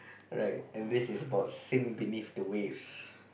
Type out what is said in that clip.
right and this is about sing believe the waves